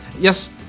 Yes